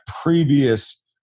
previous